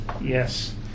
yes